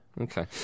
Okay